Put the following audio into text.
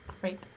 Great